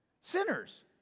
Sinners